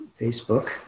Facebook